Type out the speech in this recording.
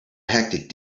hectic